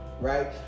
right